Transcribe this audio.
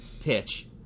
pitch